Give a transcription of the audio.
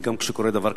גם כשקורה דבר כזה,